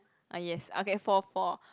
ah yes okay for for